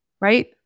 right